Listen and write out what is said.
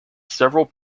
several